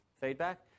feedback